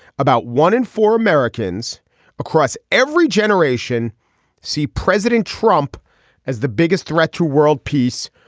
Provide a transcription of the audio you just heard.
about one in four americans across every generation see president trump as the biggest threat to world peace.